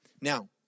Now